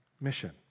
mission